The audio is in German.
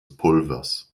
pulvers